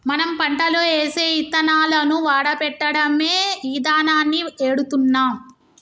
మనం పంటలో ఏసే యిత్తనాలను వాడపెట్టడమే ఇదానాన్ని ఎడుతున్నాం